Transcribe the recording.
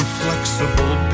flexible